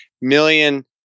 million